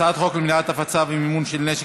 הצעת חוק למניעת הפצה ומימון של נשק